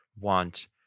want